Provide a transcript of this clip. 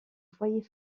foyer